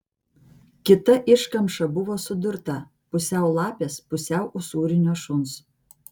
kita iškamša buvo sudurta pusiau lapės pusiau usūrinio šuns